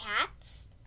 cats